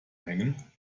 hängen